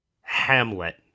Hamlet